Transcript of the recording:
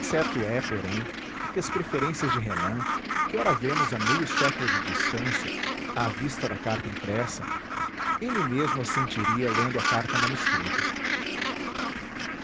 certo é porém que as preferências de renan que ora vemos a meio século de distância à vista da carta impressa ele mesmo as sentiria lendo a carta manuscrita